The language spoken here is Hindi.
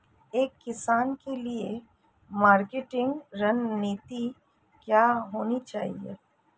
एक किसान के लिए मार्केटिंग रणनीति क्या होनी चाहिए?